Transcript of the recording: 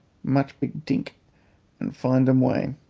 much big tink and find um way.